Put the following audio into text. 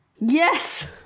Yes